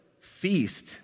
feast